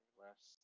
last